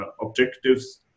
objectives